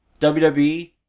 WWE